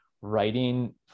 writing